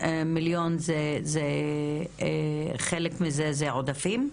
אז חלק מה-39 מיליון, חלק מזה זה עודפים,